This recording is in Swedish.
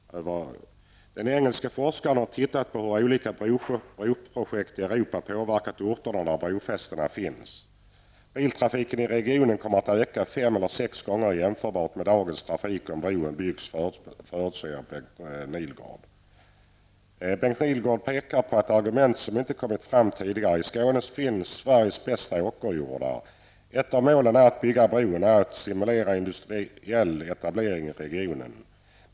Den engelske forskaren har tittat på hur olika broprojekt i Europa har påverkat de orter där brofästen finns. Biltrafiken i regionen kommer att öka fem eller sex gånger jämfört med dagens trafik om bron byggs, förutspår Bengt Nihlgård. Bengt Nihlgård pekar också på ett argument som inte har kommit fram tidigare: I Skåne finns Ett av målen med att bygga bron är ju att stimulera industriell etablering i regionen.